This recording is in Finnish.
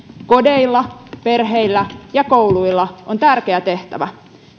kodeilla perheillä ja kouluilla on tärkeä tehtävä